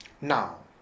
Now